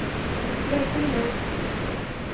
ᱠᱤᱪᱷᱩ ᱜᱷᱟᱹᱲᱤ ᱦᱩᱭ ᱮᱱᱟ